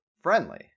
Friendly